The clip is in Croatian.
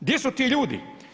Gdje su ti ljudi?